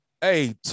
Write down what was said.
hey